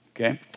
Okay